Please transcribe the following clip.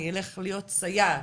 אני אלך להיות סייעת,